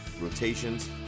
rotations